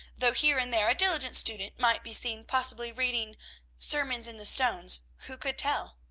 though here and there a diligent student might be seen possibly reading sermons in the stones, who could tell!